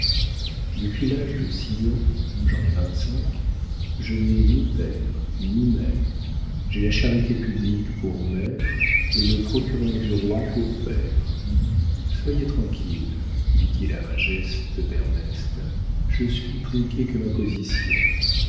depuis l'âge de six ans j'en ai vingt-cinq je n'ai ni père ni mère j'ai la charité publique pour mère et le procureur du roi pour père soyez tranquille dit-il à un geste d'ernest je suis plus gai que ma position